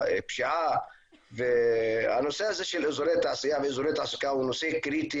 בפשיעה הנושא הזה של אזורי תעשייה ואזורי תעסוקה הוא נושא קריטי